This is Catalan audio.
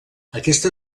aquesta